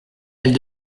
elle